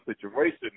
situation